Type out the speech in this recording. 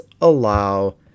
allow